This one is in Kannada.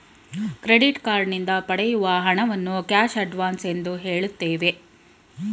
ಕ್ರೆಡಿಟ್ ಕಾರ್ಡ್ ನಿಂದ ಪಡೆಯುವ ಹಣವನ್ನು ಕ್ಯಾಶ್ ಅಡ್ವನ್ಸ್ ಎಂದು ಹೇಳುತ್ತೇವೆ